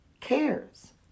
cares